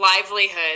livelihood